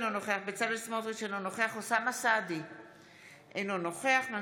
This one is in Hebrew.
אינו נוכח בצלאל סמוטריץ' אינו נוכח אוסאמה סעדי,